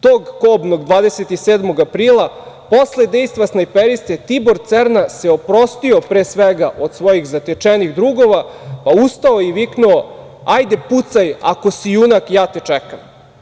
Tog kobnog 27. aprila posle dejstva snajperiste Tibor Cerna se oprostio pre svega od svojih zatečenih drugova, pa ustao i viknu – Hajde pucaj ako si junak, ja te čekam.